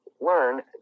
learn